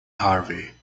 harvey